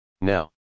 Now